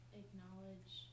acknowledge